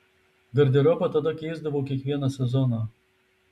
garderobą tada keisdavau kiekvieną sezoną